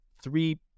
three